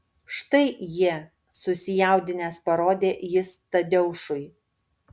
štai jie susijaudinęs parodė jis tadeušui